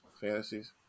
fantasies